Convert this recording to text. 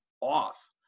off